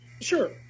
Sure